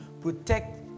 protect